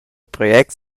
project